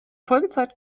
folgezeit